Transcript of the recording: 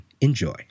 Enjoy